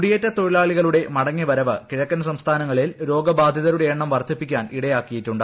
കുടിയേറ്റ തൊഴിലാളികളുടെ മടങ്ങിവരവ് കിഴക്കൻ സംസ്ഥാനങ്ങളിൽ രോഗബാധിതരുടെ എണ്ണം വർദ്ധിപ്പിക്കാൻ ഇടയാക്കിയിട്ടുണ്ട്